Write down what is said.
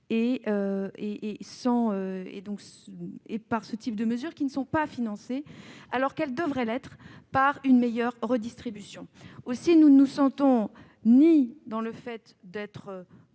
et par ce genre de mesures qui ne sont pas financées, alors qu'elles devraient l'être par une meilleure redistribution. Aussi, nous ne sommes d'accord ni avec